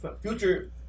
Future